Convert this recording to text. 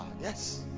Yes